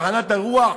טחנת הרוח?